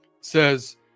says